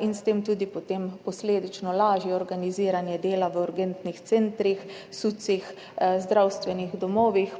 in s tem tudi potem posledično lažje organiziranje dela v urgentnih centrih, SUC-ih, zdravstvenih domovih,